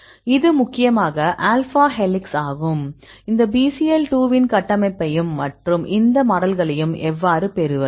இது முக்கியமாக alpha helix ஆகும் இந்த Bcl 2 இன் கட்டமைப்பையும் மற்றும் இந்த மாடல்களைகளையும் எவ்வாறு பெறுவது